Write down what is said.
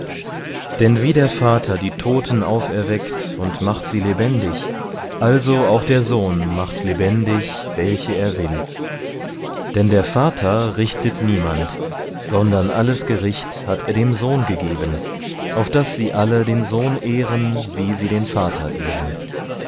denn wie der vater die toten auferweckt und macht sie lebendig also auch der sohn macht lebendig welche er will denn der vater richtet niemand sondern alles gericht hat er dem sohn gegeben auf daß sie alle den sohn ehren wie sie den vater ehren